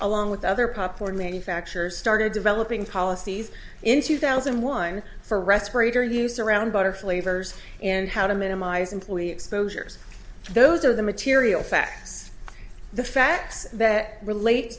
along with other popcorn manufacturers started developing policies in two thousand and one for respirator use around butter flavors and how to minimize employee exposures those are the material facts the facts that relate